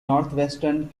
northwestern